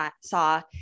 saw